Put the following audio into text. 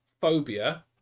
phobia